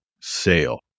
sale